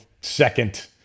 second